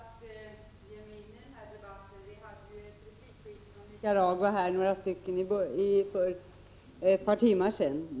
Herr talman! Jag hade inte tänkt ge mig in i den här debatten. Vi hade ju ett replikskifte om Nicaragua för ett par timmar sedan.